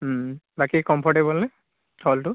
বাকী কমফৰ্টেবল নে